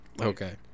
Okay